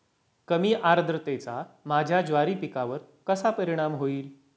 कमी आर्द्रतेचा माझ्या ज्वारी पिकावर कसा परिणाम होईल?